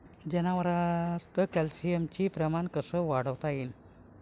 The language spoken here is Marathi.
जनावरात कॅल्शियमचं प्रमान कस वाढवता येईन?